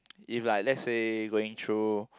if like let's say going through